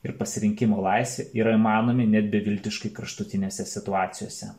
ir pasirinkimo laisvė yra įmanomi net beviltiškai kraštutinėse situacijose